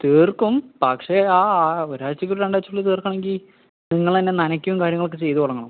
തീർക്കും പക്ഷെ ആ ആ ഒരാഴ്ചയ്ക്ക് ഉള്ളില് രണ്ടാഴ്ചയ്ക്ക് ഉള്ളില് തീർക്കണമെങ്കിൽ നിങ്ങളെന്നെ നനയ്ക്കുക കാര്യങ്ങൾ ഒക്കെ ചെയ്ത് തുടങ്ങണം